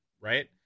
right